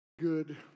Good